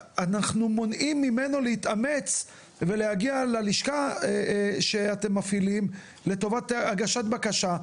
אנחנו מונעים ממנו להתאמץ ולהגיע ללשכה שאתם מפעילים לטובת הגשת בקשה.